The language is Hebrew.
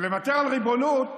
ולוותר על ריבונות